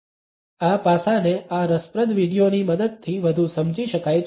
2849 આ પાસાને આ રસપ્રદ વીડિયોની મદદથી વધુ સમજી શકાય છે